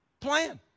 plan